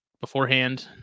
beforehand